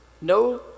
no